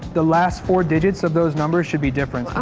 the last four digits of those numbers should be different.